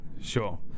Sure